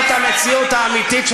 אני רק אומר דבר כזה, תענה על השאלה.